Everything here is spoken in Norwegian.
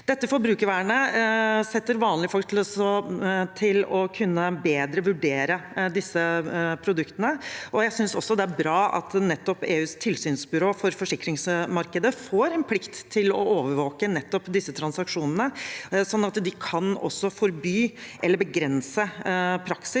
Dette forbrukervernet setter vanlige folk i stand til bedre å kunne vurdere disse produktene. Jeg synes også det er bra at nettopp EUs tilsynsbyrå for forsikringsmarkedet får en plikt til å overvåke disse transaksjonene, slik at de også kan forby eller begrense praksis,